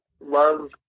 love